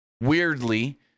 Weirdly